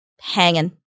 hanging